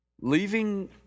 Leaving